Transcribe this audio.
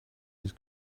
his